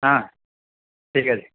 হ্যাঁ ঠিক আছে